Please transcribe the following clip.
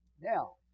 Now